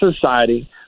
society